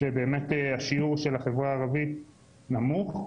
שהשיעור של החברה הערבית בהם נמוך,